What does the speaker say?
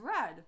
red